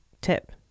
tip